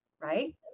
right